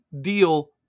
deal